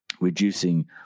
reducing